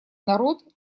народ